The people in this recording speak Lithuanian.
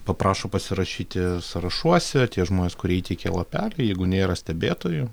paprašo pasirašyti sąrašuose tie žmonės kurie įteikė lapelį jeigu nėra stebėtojų